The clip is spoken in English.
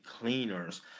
cleaners